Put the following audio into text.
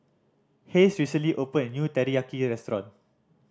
Hays recently opened a new Teriyaki Restaurant